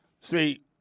See